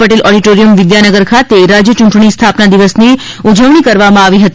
Patel auditorium Vidyanagar ખાતે રાજ્ય ચૂંટણી સ્થાપના દિવસની ઉજવણી કરવામાં આવી હતી